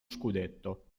scudetto